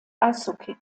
eishockey